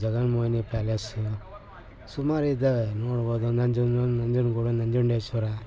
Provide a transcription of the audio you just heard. Jaganmohini palace ಸುಮಾರಿದ್ದಾವೆ ನೊಡ್ಬೋದು ನಂಜನಗೂಡು ನಜುಂಡೇಶ್ವರ